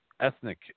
Ethnic